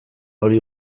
hori